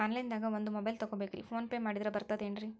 Online ದಾಗ ಒಂದ್ mobile ತಗೋಬೇಕ್ರಿ ಫೋನ್ ಪೇ ಮಾಡಿದ್ರ ಬರ್ತಾದೇನ್ರಿ?